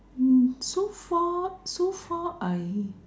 mm so far so far I